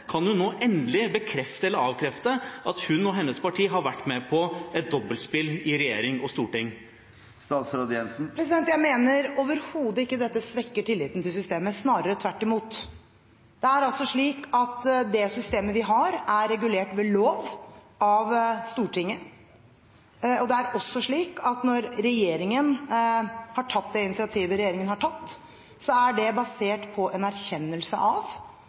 Kan hun endelig bekrefte eller avkrefte at hun og hennes parti har vært med på et dobbeltspill i regjering og storting? Jeg mener overhodet ikke at dette svekker tilliten til systemet – snarere tvert imot. Det er slik at det systemet vi har, er regulert ved lov av Stortinget, og det er også slik at når regjeringen har tatt det initiativet regjeringen har tatt, er det basert på en erkjennelse av